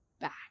back